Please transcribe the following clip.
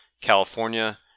California